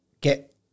get